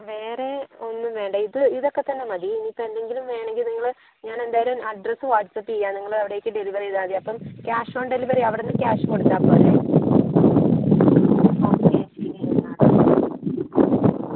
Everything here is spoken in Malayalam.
വേറേ ഒന്നും വേണ്ട ഇത് ഇതൊക്കെ തന്നെ മതി ഇനിയിപ്പോൾ എന്തെങ്കിലും വേണമെങ്കിൽ നിങ്ങൾ ഞാനെന്തായാലും അഡ്രസ്സ് വാട്സആപ്പ് ചെയ്യാം നിങ്ങൾ അവിടേക്ക് ഡെലിവറ് ചെയ്താൽ മതി അപ്പം ക്യാഷ് ഓൺ ഡെലിവറി അവിടുന്ന് ക്യാഷ് കൊടുത്താൽ പോരെ ഓക്കെ